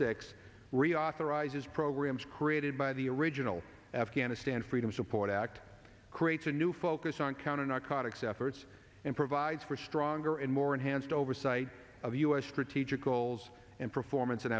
six reauthorizes programs created by the original afghanistan freedom support act creates a new focus on counter narcotics efforts and provides for stronger and more enhanced oversight of the us for teacher goals and performance in